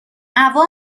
عوام